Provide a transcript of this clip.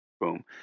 Boom